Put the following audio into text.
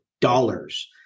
dollars